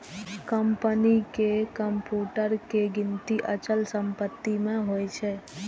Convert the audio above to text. कंपनीक कंप्यूटर के गिनती अचल संपत्ति मे होइ छै